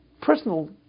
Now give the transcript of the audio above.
personal